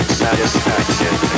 satisfaction